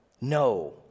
No